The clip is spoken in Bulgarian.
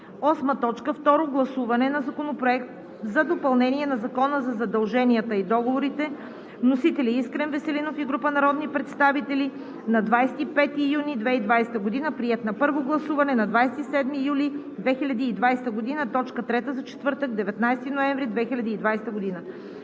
Второ гласуване на Законопроекта за допълнение на Закона за задълженията и договорите. Вносители – Искрен Веселинов и група народни представители, 25 юни 2020 г. Приет на първо гласуване на 22 юли 2020 г. – точка трета за четвъртък, 19 ноември 2020 г.